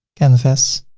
canvas.